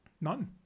None